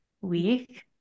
week